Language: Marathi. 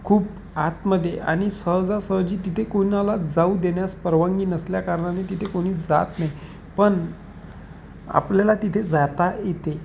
खूप आतमध्ये आणि सहजासहजी तिथे कोणाला जाऊ देण्यास परवानगी नसल्याकारणाने तिथे कोणी जात नाही पण आपल्याला तिथे जाता येते